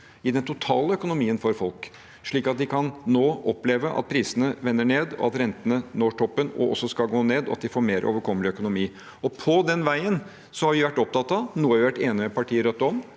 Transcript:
i den totale økonomien for folk, slik at de nå kan oppleve at prisene vender ned, at rentene når toppen og også skal gå ned, og at de får mer overkommelig økonomi. På den veien har vi vært opptatt av – noe vi har vært enige med partiet Rødt om